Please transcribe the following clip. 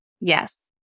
Yes